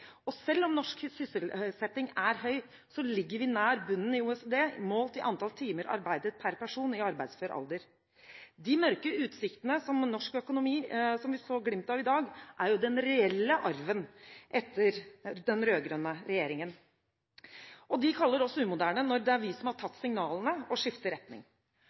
Og selv om norsk sysselsetting er høy, ligger vi nær bunnen i OECD, målt i antall timer arbeidet per person i arbeidsfør alder. De mørke utsiktene for norsk økonomi som vi så glimt av i dag, er jo den reelle arven etter den rød-grønne regjeringen. Og de kaller oss umoderne, når det er vi som har tatt signalene og skifter retning.